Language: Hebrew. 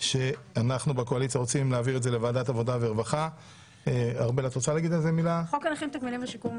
אנחנו עוברים כעת לסעיף 5: הצעת חוק הנכים (תגמולים ושיקום)